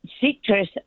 citrus